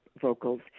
vocals